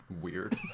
weird